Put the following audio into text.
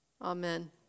Amen